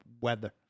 weather